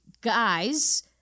guys